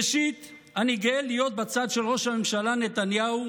ראשית אני גאה להיות בצד של ראש הממשלה נתניהו,